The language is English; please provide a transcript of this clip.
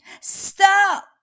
Stop